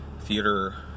theater